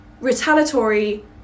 retaliatory